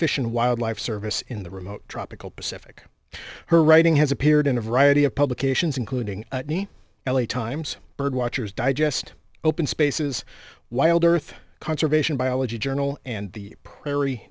fish and wildlife service in the remote tropical pacific her writing has appeared in a variety of publications including l a times birdwatchers digest open spaces wild earth conservation biology journal and the prairie